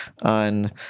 on